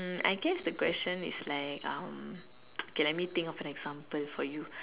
I guess the question is like um okay let me think of an example for you